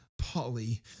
Polly